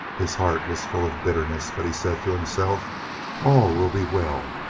his heart was full of bitterness, but he said to himself all will be well!